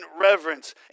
reverence